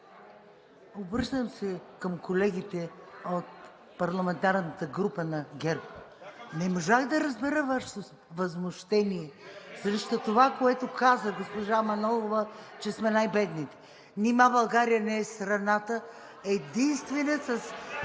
обръщам се към колегите от парламентарната група на ГЕРБ-СДС, не можах да разбера Вашето възмущение срещу това, което каза госпожа Манолова, че сме най бедните. Нима България не е единствената